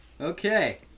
Okay